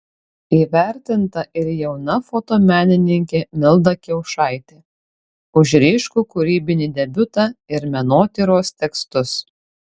įvertinta ir jauna fotomenininkė milda kiaušaitė už ryškų kūrybinį debiutą ir menotyros tekstus